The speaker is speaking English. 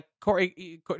Corey